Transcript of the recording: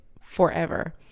forever